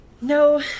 No